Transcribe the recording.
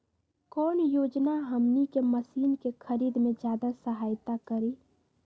कौन योजना हमनी के मशीन के खरीद में ज्यादा सहायता करी?